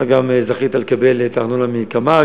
אתה גם זכית לקבל את הארנונה מקמ"ג,